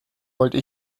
wollte